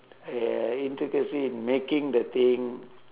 uh intricacy in making the thing